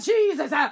Jesus